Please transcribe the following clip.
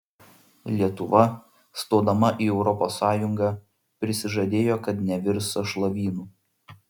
lietuva stodama į europos sąjungą prisižadėjo kad nevirs sąšlavynu